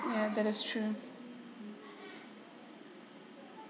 yeah that is true